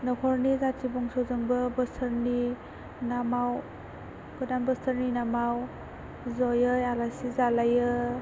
न'खरनि जाथि बंस'जोंबो बोसोरनि नामाव गोदान बोसोरनि नामाव ज'यै आलासि जालायो